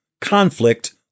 Conflict